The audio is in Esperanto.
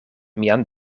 mian